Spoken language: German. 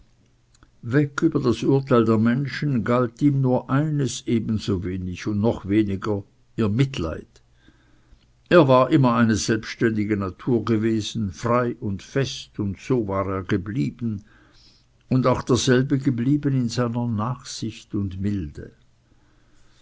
weg über das urteil der menschen galt ihm nur eines ebensowenig oder noch weniger ihr mitleid er war immer eine selbständige natur gewesen frei und fest und so war er geblieben und auch derselbe geblieben in seiner nachsicht und milde